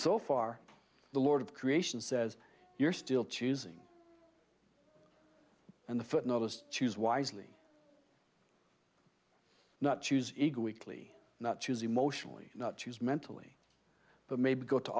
so far the lord of creation says you're still choosing and the first noticed choose wisely not choose eager weekly not choose emotionally not choose mentally but maybe go to